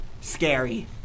scary